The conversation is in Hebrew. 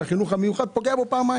והחינוך המיוחד נפגע פעמיים.